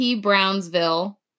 Brownsville